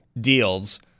deals